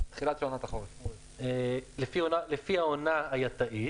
לתחילת עונת החורף לפי העונה ה"יאט"אית"